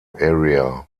area